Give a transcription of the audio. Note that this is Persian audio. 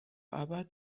ابد